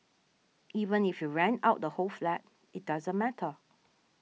even if you rent out the whole flat it doesn't matter